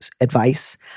advice